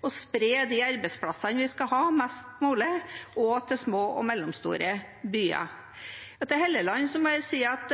å spre de arbeidsplassene vi skal ha, mest mulig, også til små og mellomstore byer. Til Hofstad Helleland må jeg si at